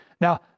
Now